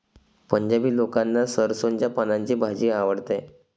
पंजाबी लोकांना सरसोंच्या पानांची भाजी आवडते